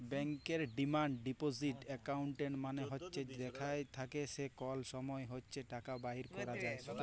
ব্যাংকের demand deposit account মালে হছে যেখাল থ্যাকে যে কল সময় ইছে টাকা বাইর ক্যরা যায়